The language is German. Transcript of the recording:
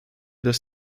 dass